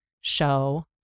show